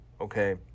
Okay